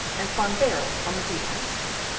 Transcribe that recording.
and van baerle on the defensive.